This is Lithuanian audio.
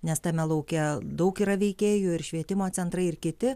nes tame lauke daug yra veikėjų ir švietimo centrai ir kiti